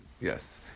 Yes